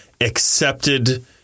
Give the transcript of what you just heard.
accepted